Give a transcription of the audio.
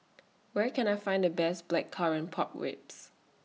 Where Can I Find The Best Blackcurrant Pork Ribs